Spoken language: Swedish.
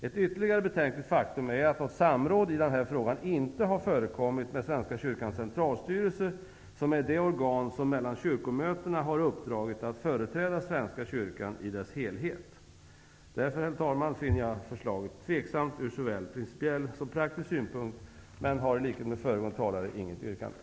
Ett ytterligare betänkligt faktum är att något samråd i denna fråga inte har förekommit med Svenska kyrkans centralstyrelse, som är det organ som mellan kyrkomötena har uppdraget att företräda Svenska kyrkan i dess helhet. Jag finner därför, herr talman, förslaget tveksamt ur såväl principiell som praktisk synpunkt, men jag har i likhet med föregående talare inget yrkande.